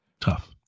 tough